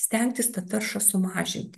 stengtis tą taršą sumažinti